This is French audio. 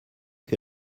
que